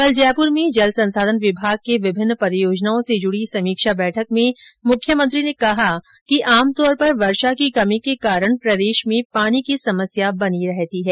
कल जयपुर में जल संसाधन विभाग की विभिन्न परियोजनाओं से जुड़ी समीक्षा बैठक में मुख्यमंत्री ने कहा कि आमतौर पर वर्षा की कमी के कारण प्रदेश में पानी को किल्लत बनी रहती हैं